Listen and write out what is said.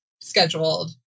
scheduled